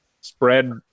spread